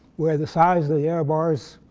where the size of the error bars